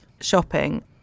shopping